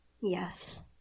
Yes